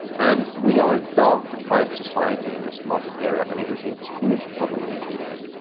and we are a dark-deprived society in this modern era. and it is a huge problem in the evening.